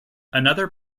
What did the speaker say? another